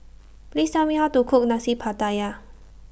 Please Tell Me How to Cook Nasi Pattaya